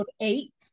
eight